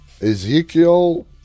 Ezekiel